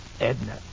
Edna